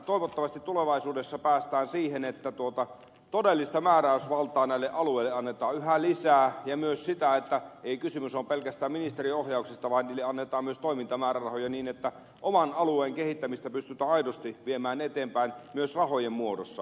toivottavasti tulevaisuudessa päästään siihen että todellista määräysvaltaa näille alueille annetaan yhä lisää ja myös siihen että ei kysymys ole pelkästään ministeriön ohjauksesta vaan alueille annetaan myös toimintamäärärahoja niin että oman alueen kehittämistä pystytään aidosti viemään eteenpäin myös rahojen muodossa